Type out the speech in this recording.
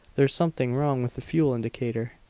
there's something wrong with the fuel indicator.